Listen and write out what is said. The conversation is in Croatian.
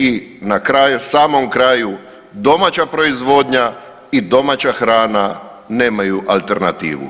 I na kraju, samom kraju, domaća proizvodnja i domaća hrana nemaju alternativu.